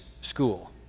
School